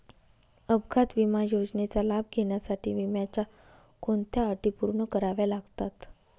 अपघात विमा योजनेचा लाभ घेण्यासाठी विम्याच्या कोणत्या अटी पूर्ण कराव्या लागतात?